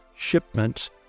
Shipments